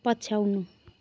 पछ्याउनु